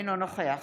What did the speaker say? אינו נוכח